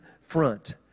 front